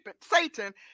Satan